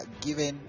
given